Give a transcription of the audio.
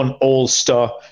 All-Star